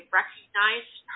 recognized